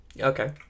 Okay